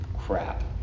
Crap